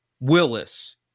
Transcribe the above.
Willis